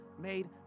made